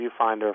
viewfinder